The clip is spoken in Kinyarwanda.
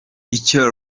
icyo